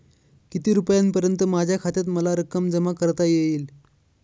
किती रुपयांपर्यंत माझ्या खात्यात मला रक्कम जमा करता येईल?